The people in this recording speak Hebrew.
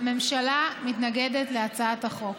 הממשלה מתנגדת להצעת החוק.